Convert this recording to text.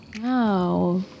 Wow